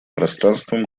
пространством